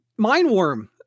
Mindworm